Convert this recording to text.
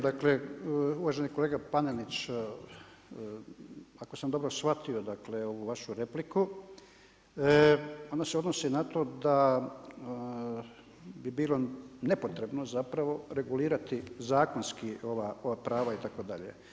Dakle, uvaženi kolega Panenić, ako sam dobro shvatio dakle ovu vašu repliku, ona se odnosi na to da bi bilo nepotrebno zapravo regulirati zakonski ova prava itd.